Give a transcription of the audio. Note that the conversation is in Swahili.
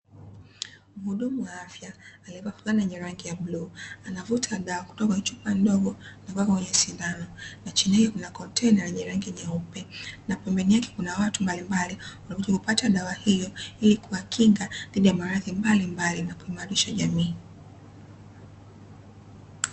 Muudumu wa afya aliyevaa fulana yenye rangi ya bluu, anavuta dawa kutoka kwenye chupa ndogo na kueka kwenye sindano, na chini yake kuna kontena lenye rangi nyeupe na pembeni yake kuna watu mbalimbali wanaokuja kupata dawa hiyo, ili kuwakinga dhidi ya maradhi mbalimbali na kuimarisha jamii.